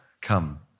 come